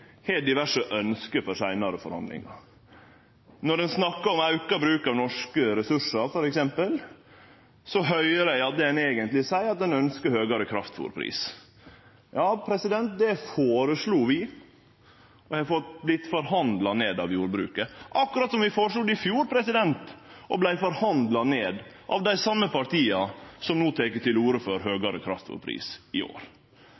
har diverse ønske for seinare forhandlingar. Når ein snakkar om auka bruk av norske ressursar, f.eks., høyrer eg at det ein eigentleg seier, er at ein ønskjer høgare kraftfôrpris. Ja, det føreslo vi, og vart forhandla ned av jordbruket – akkurat som vi føreslo det i fjor og vart forhandla ned av dei same partia som no tek til orde for høgare kraftfôrpris i år.